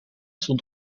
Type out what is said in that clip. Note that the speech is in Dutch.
stond